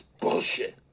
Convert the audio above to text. bullshit